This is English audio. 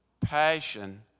passion